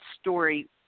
story